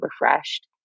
refreshed